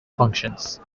functions